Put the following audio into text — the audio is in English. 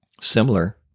similar